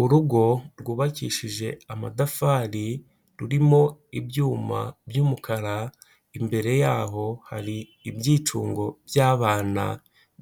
Urugo rwubakishije amatafari rurimo ibyuma by'umukara, imbere yaho hari ibyicungo by'abana